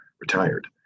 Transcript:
retired